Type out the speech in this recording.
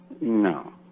no